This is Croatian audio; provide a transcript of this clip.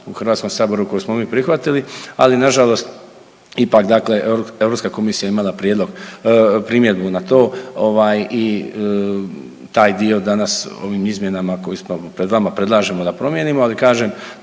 u Hrvatskom saboru koji smo mi prihvatili, ali nažalost ipak dakle Europska komisija je imala prijedlog, primjedbu na to ovaj i taj dio danas ovim izmjenama koji su pred vama predlažemo da promijenimo, ali kažem